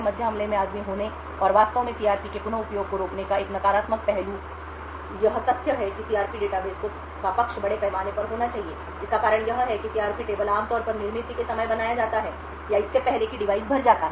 मध्य हमले में आदमी होने और वास्तव में सीआरपी के पुन उपयोग को रोकने का एक नकारात्मक पहलू यह तथ्य है कि सीआरपी डेटाबेस का पक्ष बड़े पैमाने पर होना चाहिए इसका कारण यह है कि सीआरपी टेबल आम तौर पर निर्मित के समय बनाए जाते हैं या इससे पहले कि डिवाइस भर जाता है